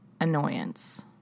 annoyance